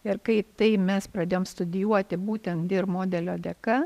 ir kai tai mes pradėjom studijuoti būtent modelio dėka